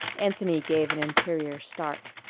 anthony gave an interior start,